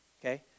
okay